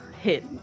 hit